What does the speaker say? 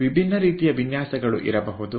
ವಿಭಿನ್ನ ರೀತಿಯ ಪುನರುತ್ಪಾದಕದ ವಿನ್ಯಾಸಗಳು ಇರಬಹುದು